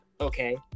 Okay